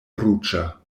ruĝa